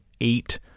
eight